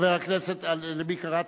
למי קראתי?